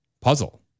puzzle